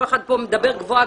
כל אחד מדבר פה גבוהה-גבוהה,